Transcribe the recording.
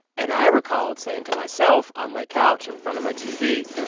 and i recalled saying to myself on my couch in front of my tv,